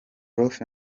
prof